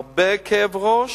זה מורכב מאוד, הרבה כאב ראש,